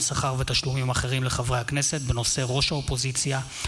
שכר ותשלומים אחרים לחברי הכנסת בנושא: ראש האופוזיציה,